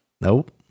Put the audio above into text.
nope